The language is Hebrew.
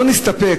לא נסתפק,